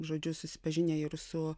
žodžiu susipažinę ir su